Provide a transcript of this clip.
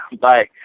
Bye